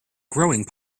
growing